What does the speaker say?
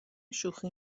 شوخی